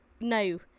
no